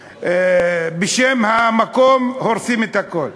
ובשם המקום הורסים את הכול.